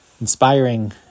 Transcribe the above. inspiring